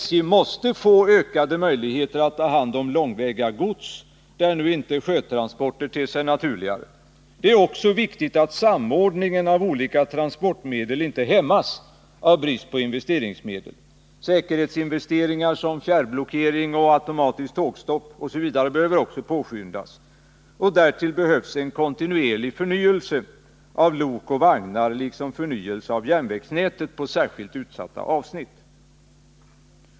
SJ måste få ökade möjligheter att ta hand om långväga gods, där nu inte sjötransporter ter sig naturligare. Det är också viktigt att samordningen av olika transportmedel inte hämmas av brist på investeringsmedel. Säkerhetsinvesteringar som fjärrblockering och automatiskt tågstopp behöver också påskyndas. Därtill behövs kontinuerlig förnyelse av lok och vagnar liksom förnyelse av järnvägsnätet på särskilt utsatta avsnitt.